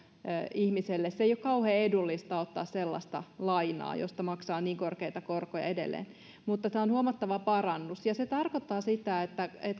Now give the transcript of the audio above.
ihmiselle se ei ole kauhean edullista ottaa sellaista lainaa josta maksaa niin korkeita korkoja edelleen mutta tämä on huomattava parannus se tarkoittaa sitä että